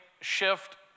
shift